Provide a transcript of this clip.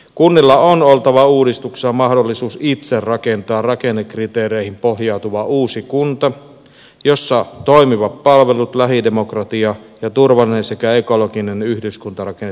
kunnilla on oltava uudistuksessa mahdollisuus itse rakentaa rakennekriteereihin pohjautuva uusi kunta jossa toimivat palvelut lähidemokratia ja turvallinen sekä ekologinen yhdyskuntarakenne toteutuvat